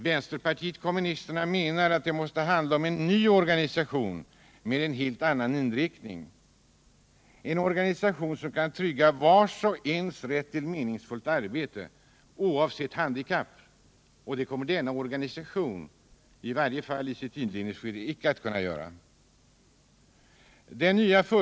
Vänsterpartiet kommunisterna menar att det måste handla om en ny organisation med en helt annan inriktning — en organisation, som skall trygga vars och ens rätt till meningsfullt arbete, oavsett handikapp, och det kommer denna organisation, i varje fall i sitt inledningsskede, icke att kunna göra.